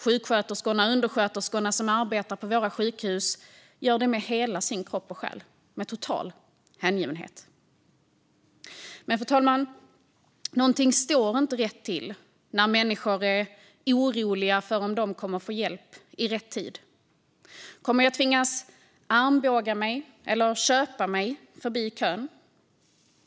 Sjuksköterskorna och undersköterskorna som arbetar på våra sjukhus gör det med hela sin kropp och själ, med total hängivenhet. Men, fru talman, något står inte rätt till när människor är oroliga för om de kommer att få hjälp i tid. Kommer jag att tvingas armbåga eller köpa mig förbi kön?